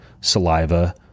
saliva